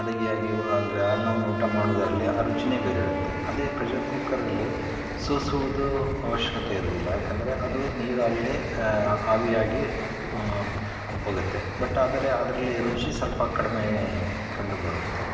ಅಡುಗೆಯಾಗಿ ಅಂದರೆ ಅನ್ನವನ್ನು ಊಟ ಮಾಡುವುದರಲ್ಲಿ ಆ ರುಚಿನೇ ಬೇರೆ ಇರುತ್ತೆ ಅದೇ ಪ್ರೆಷರ್ ಕುಕ್ಕರಲ್ಲಿ ಸೋಸುವುದು ಅವಶ್ಯಕತೆ ಇರೋದಿಲ್ಲ ಏಕೆಂದ್ರೆ ಅದು ನೀರಲ್ಲೇ ಆವಿಯಾಗಿ ಹೋಗುತ್ತೆ ಬಟ್ ಆದರೆ ಅದರಲ್ಲಿ ರುಚಿ ಸ್ವಲ್ಪ ಕಡಿಮೆ ಕಂಡುಬರುತ್ತೆ